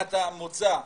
מדינת המוצא,